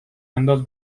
انداز